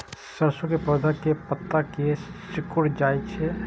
सरसों के पौधा के पत्ता किया सिकुड़ जाय छे?